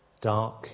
dark